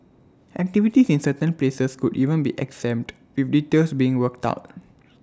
activities in certain places could even be exempt with details being worked out